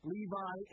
Levi